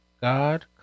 God